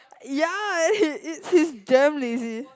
ya he it he's damn lazy